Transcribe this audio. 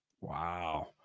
Wow